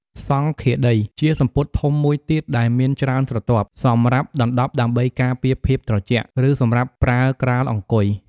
សង្ឃាដីជាសំពត់ធំមួយទៀតដែលមានច្រើនស្រទាប់ សម្រាប់ដណ្ដប់ដើម្បីការពារភាពត្រជាក់ ឬសម្រាប់ប្រើក្រាលអង្គុយ។